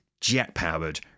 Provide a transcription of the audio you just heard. jet-powered